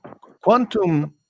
quantum